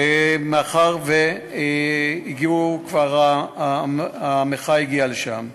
מאחר שהמחאה כבר הגיעה לשם,